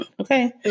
Okay